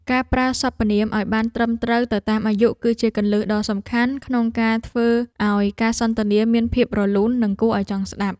ការប្រើសព្វនាមឱ្យបានត្រឹមត្រូវទៅតាមអាយុ គឺជាគន្លឹះដ៏សំខាន់ក្នុងការធ្វើឱ្យការសន្ទនាមានភាពរលូននិងគួរឱ្យចង់ស្តាប់។